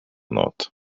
not